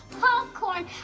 popcorn